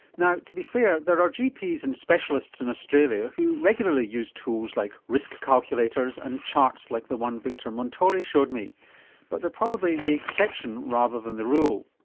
now, to be fair, there are gps and specialists in australia who regularly use tools like risk calculators and charts like the one victor montori showed me but they're probably the exception rather than the rule.